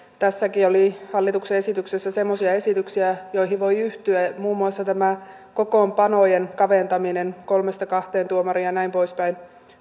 tässäkin hallituksen esityksessä oli semmoisia esityksiä joihin voi yhtyä muun muassa tämä kokoonpanojen kaventaminen kolmesta kahteen tuomariin ja näin poispäin